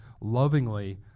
lovingly